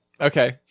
Okay